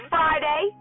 Friday